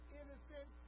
innocent